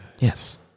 Yes